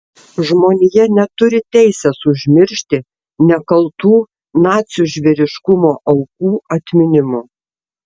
žmonija neturi teisės užmiršti nekaltų nacių žvėriškumo aukų atminimo